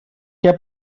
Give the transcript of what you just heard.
què